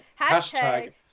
Hashtag